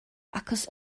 achos